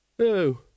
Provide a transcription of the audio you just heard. Oh